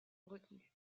retenu